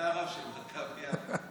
היה הרב של מכבי יפו.